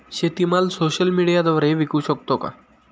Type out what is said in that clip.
शेतीमाल सोशल मीडियाद्वारे विकू शकतो का?